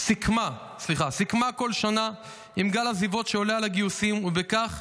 סיכמה כל שנה עם גל עזיבות שעולה על הגיוסים, ובכך